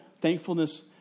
Thankfulness